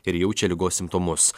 ir jaučia ligos simptomus